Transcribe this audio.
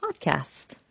Podcast